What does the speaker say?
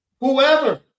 Whoever